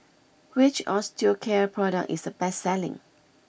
which Osteocare product is the best selling